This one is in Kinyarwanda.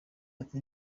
ati